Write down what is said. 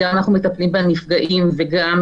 גם אנחנו מטפלים בנפגעים, וגם